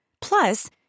Plus